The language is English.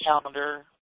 calendar